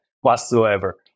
whatsoever